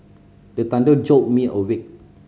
the thunder jolt me awake